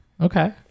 okay